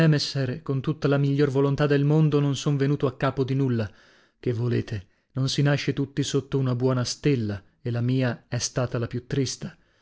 con tutta la miglior volontà del mondo non son venuto a capo di nulla che volete non si nasce tutti sotto una buona stella e la mia è stata la più trista